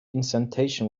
incantation